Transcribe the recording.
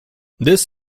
this